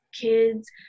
kids